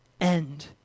end